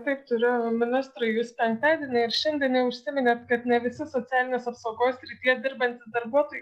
taip turiu ministrui jūs penktadienį ir šiandien neužsiminėt kad nevisi socialinės apsaugos srityje dirbantys darbuotojai